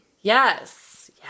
yes